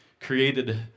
created